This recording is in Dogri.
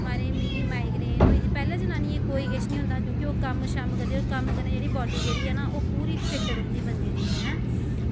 म्हाराज मिगी माईग्रेन होई दी पैह्लें जनानियें गी कोई किश निं होंदा हा क्योंकि ओह् कम्म करदियां हियां कम्म करने कन्नै बॉडी जेह्ड़ी ऐ ओह् पूरी फिट रौहंदी बंदे दी ऐं